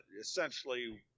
essentially